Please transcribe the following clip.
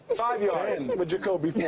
five yards with jacoby ford.